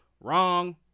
Wrong